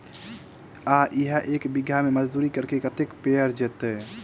आ इहा एक बीघा मे मजदूरी खर्च कतेक पएर जेतय?